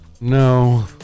No